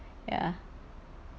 ya